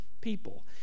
people